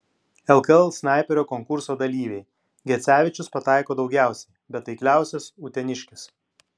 lkl snaiperio konkurso dalyviai gecevičius pataiko daugiausiai bet taikliausias uteniškis